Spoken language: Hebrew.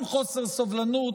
גם חוסר סובלנות,